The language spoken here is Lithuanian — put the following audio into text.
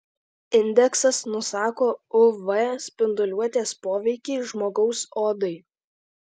indeksas nusako uv spinduliuotės poveikį žmogaus odai